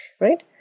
right